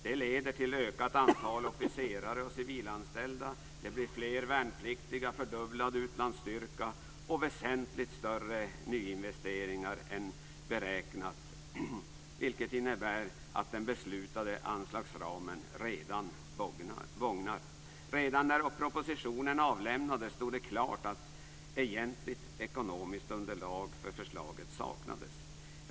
Det leder till ett ökat antal officerare och civilanställda, fler värnpliktiga, fördubblad utlandsstyrka och väsentligt större nyinvesteringar än beräknat, vilket innebär att den beslutade anslagsramen redan bågnar. Redan när propositionen avlämnades stod det klart att egentligt ekonomiskt underlag för förslaget saknades.